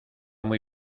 muy